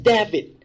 David